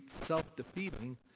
self-defeating